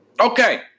Okay